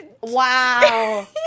Wow